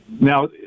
Now